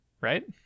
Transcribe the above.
right